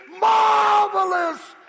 marvelous